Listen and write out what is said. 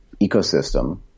ecosystem